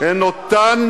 זה אותן,